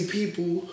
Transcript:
people